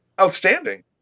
Outstanding